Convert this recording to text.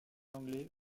l’anglais